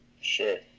Sure